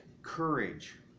courage